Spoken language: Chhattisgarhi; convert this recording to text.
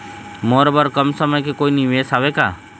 मोर बर कम समय के कोई निवेश हावे का?